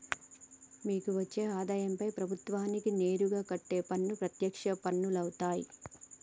మీకు వచ్చే ఆదాయంపై ప్రభుత్వానికి నేరుగా కట్టే పన్ను ప్రత్యక్ష పన్నులవుతాయ్